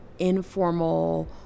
informal